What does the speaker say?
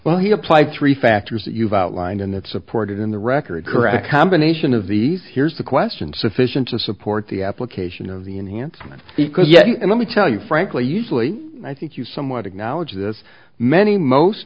why he applied three factors that you've outlined in that supported in the record correct combination of these here's the question sufficient to support the application of the enhanced and let me tell you frankly usually i think you somewhat acknowledge this many most